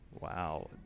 wow